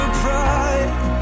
pride